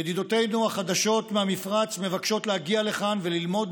ידידותינו החדשות מהמפרץ מבקשות להגיע לכאן וללמוד